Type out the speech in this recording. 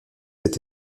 cette